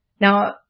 Now